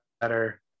better